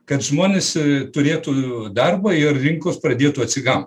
kad žmonės turėtų darbą ir rinkos pradėtų atsigaut